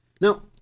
Now